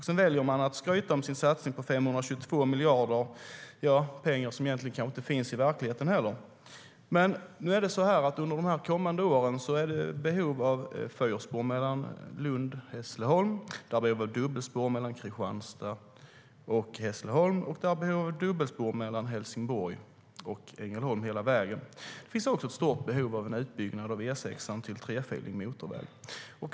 Sedan väljer man att skryta om sin satsning på 522 miljarder - pengar som kanske egentligen inte heller finns i verkligheten. Nu är det dock så att det under de kommande åren finns behov av fyrspår mellan Lund och Hässleholm, dubbelspår mellan Kristianstad och Hässleholm och dubbelspår hela vägen mellan Helsingborg och Ängelholm. Det finns också ett stort behov av en utbyggnad av E6:an till trefilig motorväg.